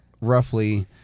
roughly